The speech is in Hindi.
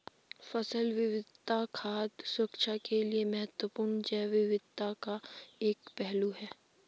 फसल विविधता खाद्य सुरक्षा के लिए महत्वपूर्ण जैव विविधता का एक पहलू है